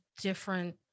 different